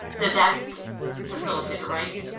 the deck facilitator, right?